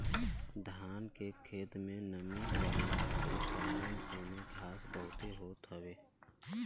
धान के खेत में नमी रहला के कारण ओमे घास बहुते होत हवे